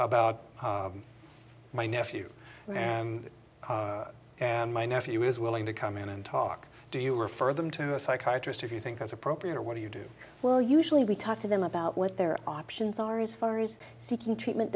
about my nephew and and my nephew is willing to come in and talk to you refer them to a psychiatrist if you think that's appropriate or what do you do well usually we talk to them about what their options are as far as seeking treatment